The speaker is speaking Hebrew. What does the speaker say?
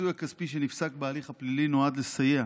הפיצוי הכספי שנפסק בהליך הפלילי נועד לסייע